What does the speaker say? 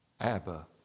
Abba